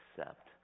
accept